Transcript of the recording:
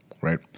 right